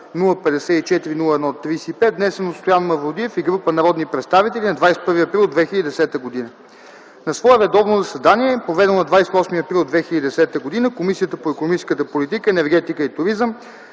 054-01-35, внесен от Стоян Мавродиев и група народни представители на 21 април 2010 г. На свое редовно заседание, проведено на 28 април 2010 г., Комисията по икономическата политика, енергетика и туризъм